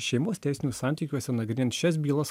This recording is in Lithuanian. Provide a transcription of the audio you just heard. šeimos teisinių santykiuose nagrinėjant šias bylas